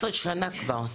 11 שנה כבר.